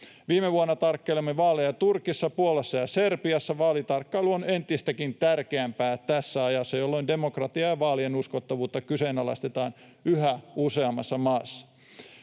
Viime vuonna tarkkailimme vaaleja Turkissa, Puolassa ja Serbiassa. Vaalitarkkailu on entistäkin tärkeämpää tässä ajassa, jolloin demokratian ja vaalien uskottavuutta kyseenalaistetaan yhä useammassa maassa.